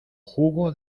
jugo